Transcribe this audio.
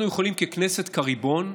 אנחנו יכולים ככנסת, כריבון,